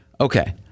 Okay